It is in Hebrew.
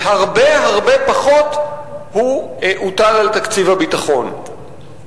והרבה הרבה פחות הוא הוטל על תקציב הביטחון.